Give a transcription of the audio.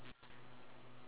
they're not going meh